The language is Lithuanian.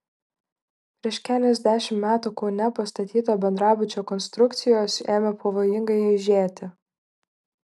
prieš keliasdešimt metų kaune pastatyto bendrabučio konstrukcijos ėmė pavojingai aižėti